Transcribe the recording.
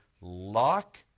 lock